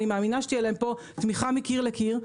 אני מאמינה שתהיה להם פה תמיכה מקיר לקיר,